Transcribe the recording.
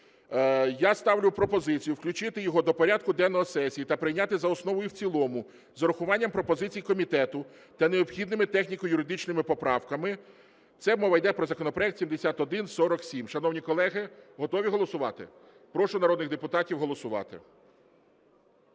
Я ставлю пропозицію включити його до порядку денного сесії та прийняти за основу і в цілому з урахуванням пропозицій комітету та необхідними техніко-юридичними поправками. Це мова йде про законопроект 7147. Шановні колеги, готові голосувати? Прошу народних депутатів голосувати.